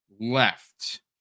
left